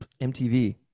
MTV